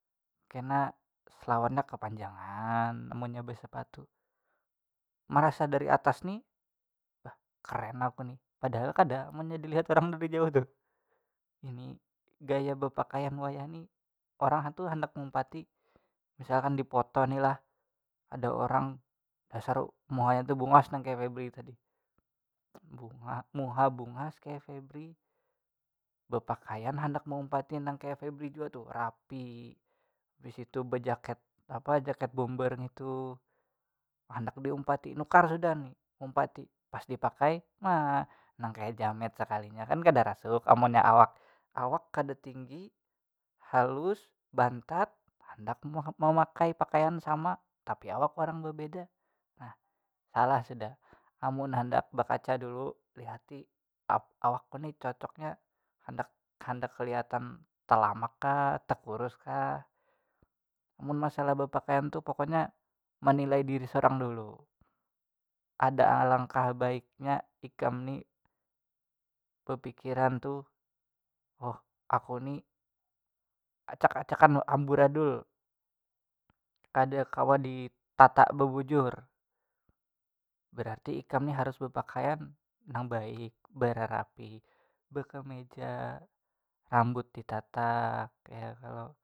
Kena selawarnya kepanjangan amunnya besepatu marasa dari atas ni lah keren aku ni, padahal kada amunnya dilihat urang dari jauh tu ngini gaya bepakaian wayahni orangnya tu handak meumpati misalkan di foto ni lah ada orang dasar muhanya tu bungas nang kaya febry tadi muha bungas kaya febry bepakaian handak meumpati nag kaya febry jua tuh rapi habis itu bejaket apa bejaket bomber tu handak diumpati nukar sudah ni meumpati pas dipakai ma- nang kaya jamet sekalinya kan kada rasuk amunnya awak, awak kada tinggi halus bantat handak memakai pakaian sama tapi awak orang bebeda nah salah sudah amun handak bakaca dulu lihati awakku ni cocoknya handak handak kaliatan telamak kah tekurus kah mun masalah bepakaian tu pokoknya menilai diri sorang dulu ada alangkah baiknya ikam ni bepikiran tu, oh aku ni, acak- acakan amburadul kada kawa ditata bebujur berarti ikam ni harus bepakaian nang baik beberapi bekemeja rambut di tatak ya kalo.